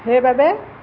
সেইবাবে